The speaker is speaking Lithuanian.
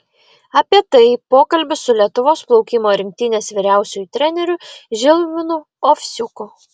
apie tai pokalbis su lietuvos plaukimo rinktinės vyriausiuoju treneriu žilvinu ovsiuku